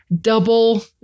double